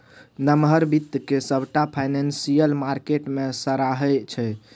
नमहर बित्त केँ सबटा फाइनेंशियल मार्केट मे सराहै छै